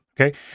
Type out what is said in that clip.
Okay